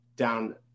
down